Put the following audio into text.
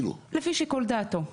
לפי שיקול דעתו,